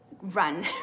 run